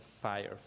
fire